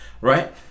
Right